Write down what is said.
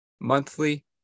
monthly